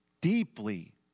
deeply